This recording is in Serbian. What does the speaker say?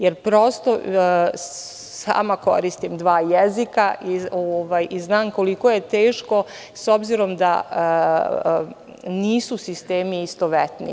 Jer, prosto, sama koristim dva jezika i znam koliko je teško, s obzirom da nisu sistemi istovetni.